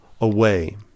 away